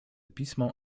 pismo